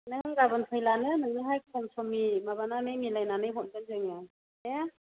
नों गाबोन फैब्लानो नोंनोहाय खम समनि माबानानै मिलायनानै हरगोन जोङो दे